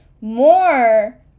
more